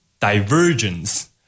divergence